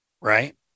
right